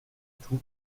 tout